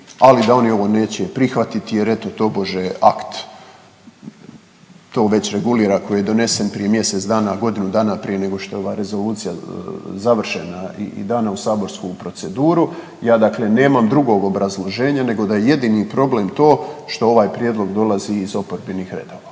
ali da oni ovo neće prihvatiti jer eto tobože akt to već regulira koji je donesen prije mjesec dana, godinu dana prije nego što je ova rezolucija završena i dana u saborsku proceduru. Ja dakle nemam drugog obrazloženja nego da je jedini problem to što ovaj prijedlog dolazi iz oporbenih redova,